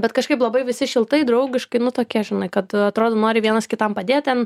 bet kažkaip labai visi šiltai draugiškai nu tokia žinai kad atrodo nori vienas kitam padėt ten